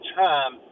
time